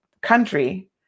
country